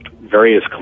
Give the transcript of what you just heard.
various